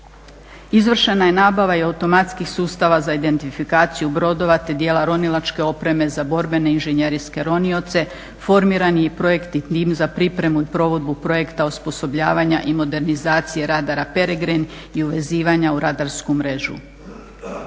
Izvršena je nabava i automatskih sustava za identifikaciju brodova te dijela ronilačke opreme za borbene inženjerske ronioce. Formiran je i projektni tim za pripremu i provedbu projekta osposobljavanja i modernizacije rada na PEREGRIN i uvezivanja u radarsku mrežu.